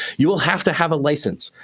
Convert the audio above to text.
you will have to have a license.